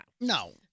no